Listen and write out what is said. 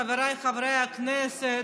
חבריי חברי הכנסת,